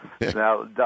Now